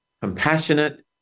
compassionate